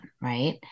Right